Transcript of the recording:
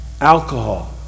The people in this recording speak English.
Alcohol